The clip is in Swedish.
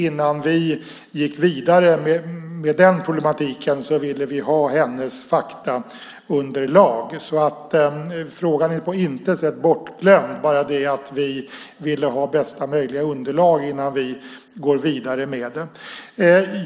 Innan vi gick vidare med den problematiken ville vi ha hennes faktaunderlag. Frågan är alltså på intet sätt bortglömd, men vi vill ha bästa möjliga underlag innan vi går vidare med den.